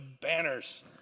banners